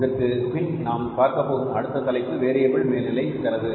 இதற்குப்பின் நாம் பார்க்கப்போகும் அடுத்த தலைப்பு வேரியபில் மேல் நிலை செலவு